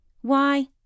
Why